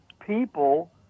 people